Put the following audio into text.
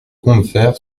combeferre